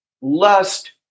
lust